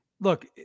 Look